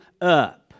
up